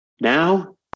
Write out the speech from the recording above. Now